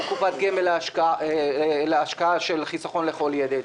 כמו קופת גמל להשקעה של חיסכון לכל ילד.